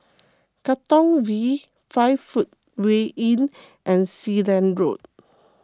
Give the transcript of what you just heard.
Katong V five Footway Inn and Sealand Road